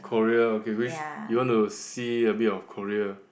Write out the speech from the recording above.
Korea okay which you want to see a bit of Korea